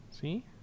See